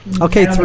Okay